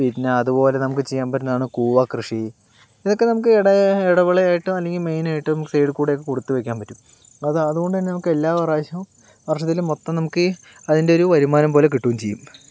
പിന്നെ അതുപോലെ നമുക്ക് ചെയ്യാൻ പറ്റുന്നതാണ് കൂവ കൃഷി ഇതൊക്കെ നമുക്ക് ഇട ഇടവിള ആയിട്ടോ അല്ലെങ്കിൽ മെയിനായിട്ടോ നമുക്ക് സൈഡിൽ കൂടെ ഒക്കെ കൊടുത്ത് വയ്ക്കാൻ പറ്റും അത് അതുകൊണ്ട് തന്നെ നമുക്ക് എല്ലാ പ്രാവശ്യവും വർഷത്തിൽ മൊത്തം നമുക്ക് അതിന്റെയൊരു വരുമാനം പോലെ കിട്ടുകയും ചെയ്യും